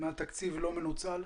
מהתקציב לא מנוצל?